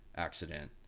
accident